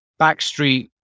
backstreet